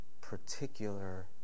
particular